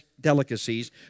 delicacies